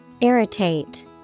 Irritate